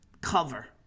cover